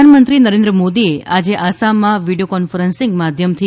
પ્રધાનમંત્રી નરેન્દ્ર મોદીએ આજે આસામમાં વીડિયો કોન્ફરન્સિંગ માધ્યમથી